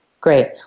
Great